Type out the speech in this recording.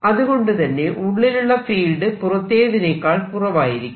അതുകൊണ്ടുതന്നെ ഉള്ളിലുള്ള ഫീൽഡ് പുറത്തേതിനേക്കാൾ കുറവായിരിക്കും